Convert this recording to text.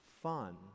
fun